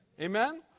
Amen